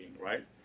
right